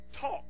talk